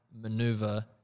maneuver